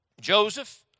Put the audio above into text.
Joseph